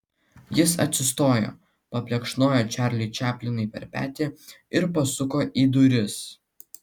jis atsistojo paplekšnojo čarliui čaplinui per petį ir pasuko į duris